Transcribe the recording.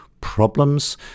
problems